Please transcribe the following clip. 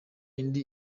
indi